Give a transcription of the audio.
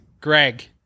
Greg